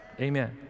Amen